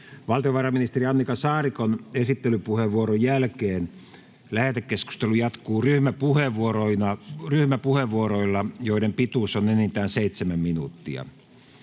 Valtiovarainministeri Annika Saarikon esittelypuheenvuoron jälkeen lähetekeskustelu jatkuu ryhmäpuheenvuoroilla, joiden pituus on enintään seitsemän minuuttia.